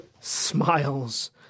smiles